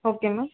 okay ma'am